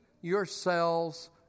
yourselves